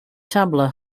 tabla